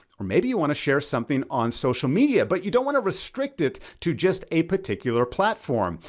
or maybe you wanna share something on social media, but you don't wanna restrict it to just a particular platform.